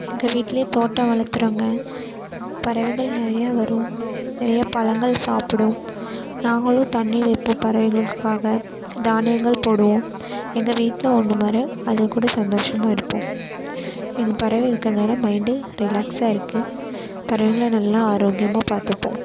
எங்கள் வீட்டிலேயே தோட்டம் வளர்த்துறோங்க பறவைகள் நிறையா வரும் நிறையா பழங்கள் சாப்பிடும் நாங்களும் தண்ணி வைப்போம் பறவைகளுக்குக்காக தானியங்கள் போடுவோம் எங்கள் வீட்டில் ஒன்று மாரி அது கூட சந்தோஷமாக இருப்போம் இந்த பறவை இருக்ககிறனால மைண்டு ரிலாக்ஸாக இருக்குது பறவைகளை நல்லா ஆரோக்கியமாக பார்த்துப்போம்